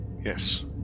Yes